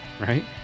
right